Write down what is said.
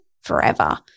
forever